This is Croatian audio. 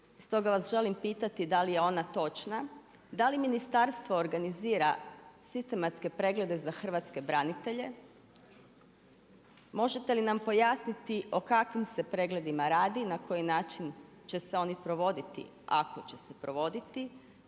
stoga vas želim pitati da li je ona točna. Da li ministarstvo organizira sistematske preglede za hrvatske branitelje? Možete li nam pojasniti o kakvim se pregledima radi, na koji način će se oni provoditi, ako će se provoditi?